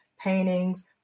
paintings